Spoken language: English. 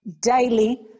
daily